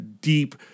deep